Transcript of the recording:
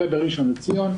בראשון לציון,